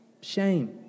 Shame